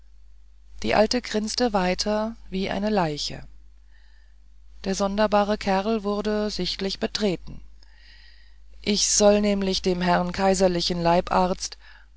die alte grinste weiter wie eine leiche der sonderbare kerl wurde sichtlich betreten ich soll nämlich dem herrn kaiserlichen leibharz